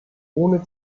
ohne